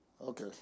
Okay